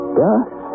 dust